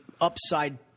upside